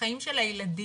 החיים של הילדים,